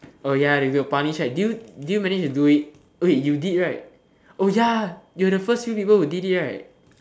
oh ya they will punish right wait did you did you managed to do it okay you did right oh ya you were the first few people who did it right